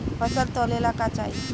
फसल तौले ला का चाही?